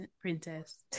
princess